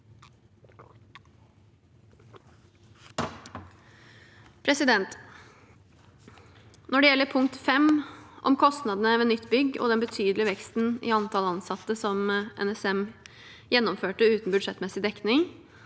Når det gjelder punkt 5, om kostnadene ved nytt bygg, og den betydelige veksten i antall ansatte som NSM gjennomførte uten budsjettmessig dekning,